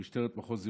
למשטרת מחוז ירושלים.